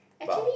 but